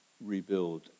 rebuild